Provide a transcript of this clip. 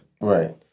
Right